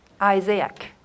Isaac